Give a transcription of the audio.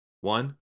One